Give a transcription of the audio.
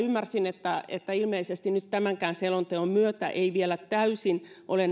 ymmärsin kuitenkin että ilmeisesti nyt tämän tämän selonteonkaan myötä nämä eri roolit eivät vielä täysin ole